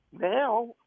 Now